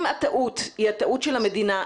אם הטעות היא הטעות של המדינה,